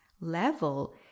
level